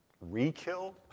re-kill